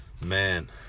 Man